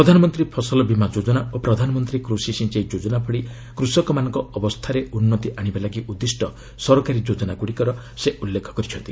ପ୍ରଧାନମନ୍ତ୍ରୀ ଫସଲ ବୀମା ଯୋଚ୍ଚନା ଓ ପ୍ରଧାନମନ୍ତ୍ରୀ କୃଷି ସିଞ୍ଚାଇ ଯୋଚନା ଭଳି କୃଷକମାନଙ୍କ ଅବସ୍ଥାରେ ଉନ୍ନତି ଆଣିବା ଲାଗି ଉଦ୍ଦିଷ୍ଟ ସରକାରୀ ଯୋଚ୍ଚନାଗୁଡ଼ିକର ସେ ଉଲ୍ଲେଖ କରିଛନ୍ତି